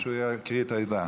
מי נמנע?